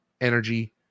energy